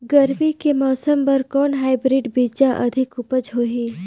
गरमी के मौसम बर कौन हाईब्रिड बीजा अधिक उपज होही?